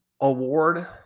award